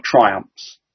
triumphs